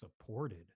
supported